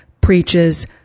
preaches